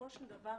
בסופו של דבר,